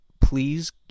please